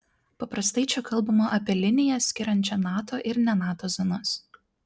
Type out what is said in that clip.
paprastai čia kalbama apie liniją skiriančią nato ir ne nato zonas